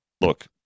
look